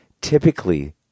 Typically